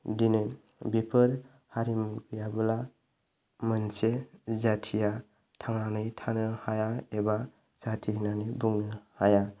दिनै बेफोर हारिमु गैयाबोला मोनसे जाथिया थांनानै थानो हाया एबा जाथिहोननानै बुंनो हाया